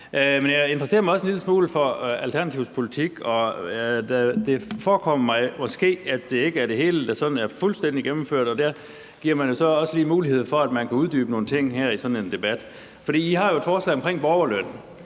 Men jeg interesserer mig også en lille smule for Alternativets politik, og det forekommer mig måske, at det ikke er det hele, der sådan er fuldstændig gennemført. Og der er jo så også lige mulighed for, at man kan uddybe nogle ting i sådan en debat her. I har jo et forslag om borgerløn,